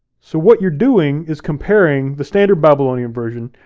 so what you're doing is comparing the standard babylonian version,